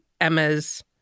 emma's